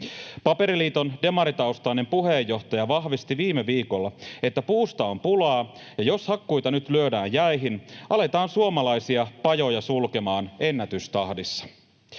Paperiliiton demaritaustainen puheenjohtaja vahvisti viime viikolla, että puusta on pulaa ja jos hakkuita nyt lyödään jäihin, aletaan suomalaisia pajoja sulkemaan ennätystahdissa.